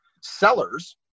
Sellers